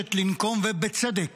שמבקשת לנקום ובצדק